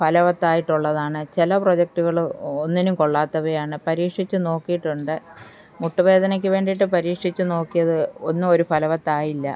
ഫലവത്തായിട്ടുള്ളതാണ് ചില പ്രോജക്റ്റുകള് ഒന്നിനും കൊള്ളാത്തവയാണ് പരീക്ഷിച്ച് നോക്കിയിട്ടുണ്ട് മുട്ടുവേദനയ്ക്ക് വേണ്ടിയിട്ട് പരീക്ഷിച്ചു നോക്കിയത് ഒന്നും ഒരു ഫലവത്തായില്ല